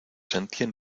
sentía